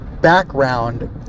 background